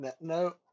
No